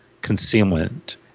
concealment